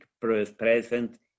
present